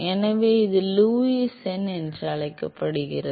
எனவே இது லூயிஸ் எண் என்று அழைக்கப்படுகிறது